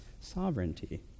sovereignty